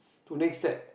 to next step